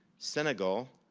senegal,